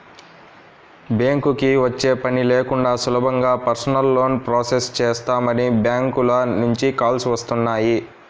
బ్యాంకుకి వచ్చే పని లేకుండా సులభంగా పర్సనల్ లోన్ ప్రాసెస్ చేస్తామని బ్యాంకుల నుంచి కాల్స్ వస్తున్నాయి